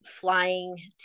flying